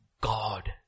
God